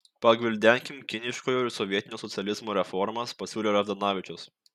pagvildenkim kiniškojo ir sovietinio socializmo reformas pasiūlė ravdanavičius